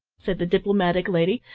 said the diplomatic lady,